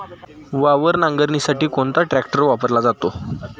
वावर नांगरणीसाठी कोणता ट्रॅक्टर वापरला जातो?